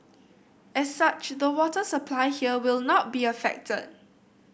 as such the water supply here will not be affected